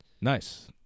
Nice